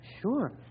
Sure